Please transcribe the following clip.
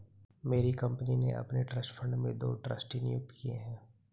मेरी कंपनी ने अपने ट्रस्ट फण्ड में दो ट्रस्टी नियुक्त किये है